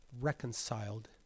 reconciled